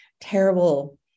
terrible